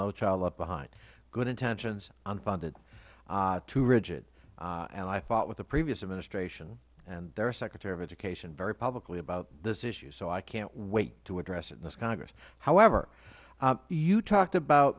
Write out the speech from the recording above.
no child left behind good intentions unfunded too rigid and i fought with the previous administration and their secretary of education very publicly about this issue so i cant wait to address it in this congress however you talked about